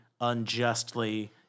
unjustly